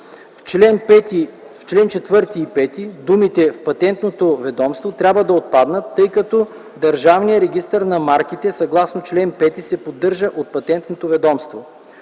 В ал. 4 и 5 думите „в Патентното ведомство” трябва да отпаднат, тъй като Държавният регистър на марките, съгласно чл. 5, се поддържа от Патентното ведомство.